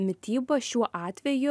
mityba šiuo atveju